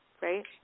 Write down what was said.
Right